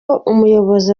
umuyobozi